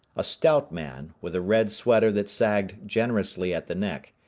a stout man, with a red sweater that sagged generously at the neck,